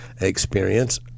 experience